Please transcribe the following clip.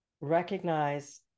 recognize